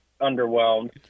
underwhelmed